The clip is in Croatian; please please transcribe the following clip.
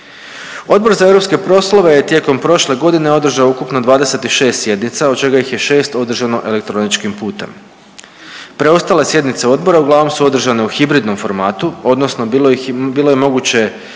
Odbor za europske poslove je tijekom prošle godine održao ukupno 26 sjednica od čega ih je 6 održano elektroničkim putem. Preostale sjednice odbora uglavnom su održane u hibridnom formatu odnosno bilo ih je,